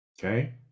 okay